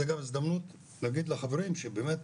זה גם הזדמנות להגיד לחברים שבאמת